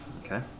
Okay